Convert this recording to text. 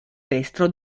destro